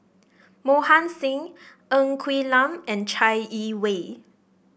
Mohan Singh Ng Quee Lam and Chai Yee Wei